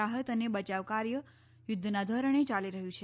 રાહત અને બચવા કાર્ય યુદ્ધના ધોરણે યાલી રહ્યું છે